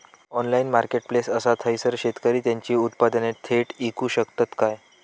Online marketplace असा थयसर शेतकरी त्यांची उत्पादने थेट इकू शकतत काय?